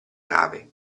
nave